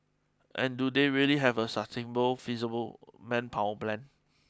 and do they really have a sustainable feasible manpower plan